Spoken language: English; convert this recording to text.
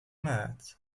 maths